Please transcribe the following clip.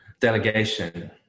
Delegation